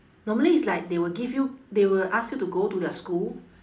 normally it's like they will give you they will ask you to go to their school